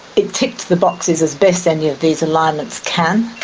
it ticked the boxes as best any of these alignments can,